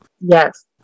Yes